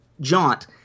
jaunt